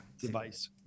Device